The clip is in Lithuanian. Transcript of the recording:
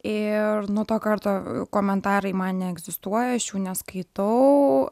ir nuo to karto komentarai man neegzistuoja aš jų neskaitau